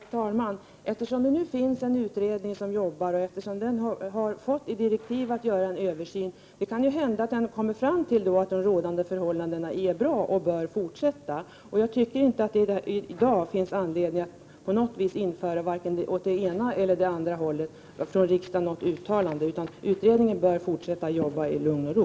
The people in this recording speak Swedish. Herr talman! Eftersom en utredning arbetar med det här och eftersom den enligt sina direktiv har fått i uppdrag att göra en översyn — det kan ju hända att den kommer fram till att de rådande förhållandena är bra och bör fortsätta — tycker jag inte att det finns anledning för riksdagen att i dag göra något uttalande åt vare sig det ena eller andra hållet. Utredningen bör fortsätta arbeta i lugn och ro.